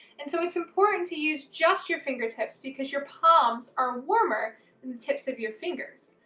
and so it's important to use just your fingertips because your palms are warmer than the tips of your fingers.